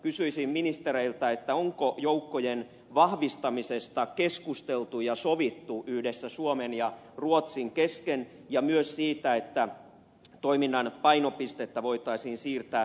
kysyisin ministereiltä onko joukkojen vahvistamisesta keskusteltu ja sovittu yhdessä suomen ja ruotsin kesken ja myös siitä että toiminnan painopistettä voitaisiin siirtää siviilikriisinhallintaan